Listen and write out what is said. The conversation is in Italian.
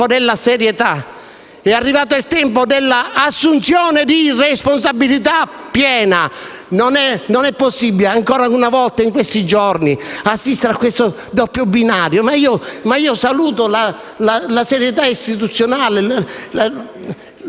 della serietà, il tempo dell'assunzione di responsabilità piena. Non è possibile, ancora una volta, in questi giorni, assistere a questo doppio binario. Saluto la serietà istituzionale,